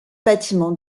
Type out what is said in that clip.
bâtiment